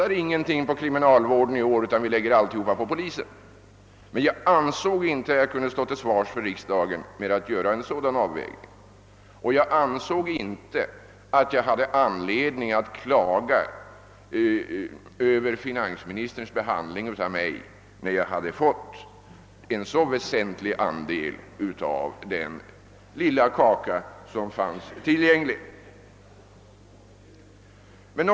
I reservationen föreslår man ytterligare sammanlagt 264 tjänster för polisväsendet medan jag i statsverkspropositionen begärt 260 nya tjänster inom kriminalvården. Jag kunde naturligtvis ha sagt mig, att vi i år inte skulle satsa något på kriminalvården, utan skulle lägga hela ökningen på polisen. Jag ansåg mig emellertid inte kunna stå till svars inför riksdagen med en sådan avvägning.